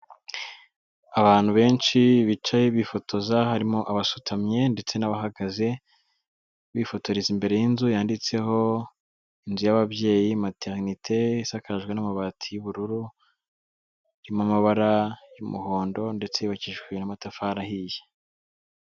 Abantu benshi bicaye bifotoza harimo abasutamye ndetse n'abahagaze, bifotoreza imbere y'inzu yanditseho inzu y'ababyeyi materinite isakajwe n'amabati y'ubururu, irimo amabara y'umuhondo ndetse yubakishijwe n'amatafari ahiye.